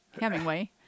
Hemingway